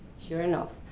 sure enough,